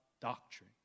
doctrine